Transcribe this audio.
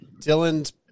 Dylan's